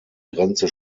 grenze